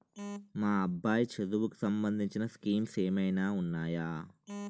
మా అబ్బాయి చదువుకి సంబందించిన స్కీమ్స్ ఏమైనా ఉన్నాయా?